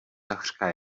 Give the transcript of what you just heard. takřka